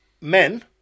men